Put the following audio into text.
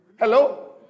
Hello